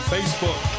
Facebook